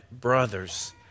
brothers